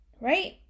right